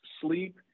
sleep